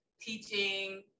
teaching